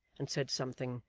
and said something,